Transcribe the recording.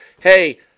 hey